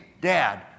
dad